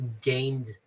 Gained